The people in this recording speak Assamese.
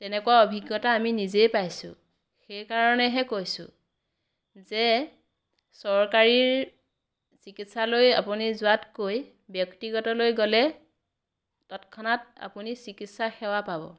তেনেকুৱা অভিজ্ঞতা আমি নিজেই পাইছোঁ সেইকাৰণেহে কৈছোঁ যে চৰকাৰীৰ চিকিৎসালয় আপুনি যোৱাতকৈ ব্যক্তিগতলৈ গ'লে তৎক্ষণাত আপুনি চিকিৎসা সেৱা পাব